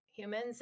Humans